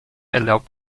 erlaubt